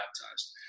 baptized